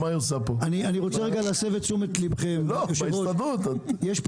אני רוצה להסב את תשומת ליבכם יושב הראש,